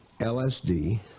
LSD